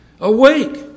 Awake